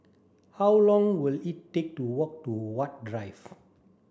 how long will it take to walk to Huat Drive